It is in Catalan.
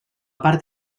part